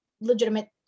legitimate